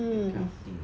that kind of thing